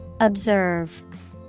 Observe